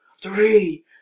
three